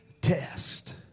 test